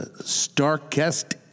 starkest